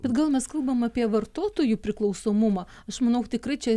bet gal mes kalbame apie vartotojų priklausomumą aš manau tikrai čia